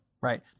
right